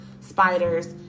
spiders